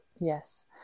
Yes